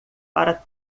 para